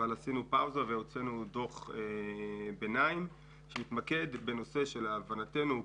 אבל עשינו הפסקה והוצאנו דוח ביניים שיתמקד בנושא שלהבנתו הוא